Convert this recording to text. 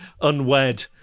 unwed